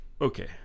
okay